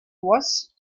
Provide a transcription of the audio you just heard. was